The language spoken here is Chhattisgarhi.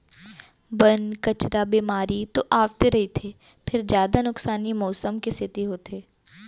बन, कचरा, बेमारी तो आवते रहिथे फेर जादा नुकसानी मउसम के सेती होथे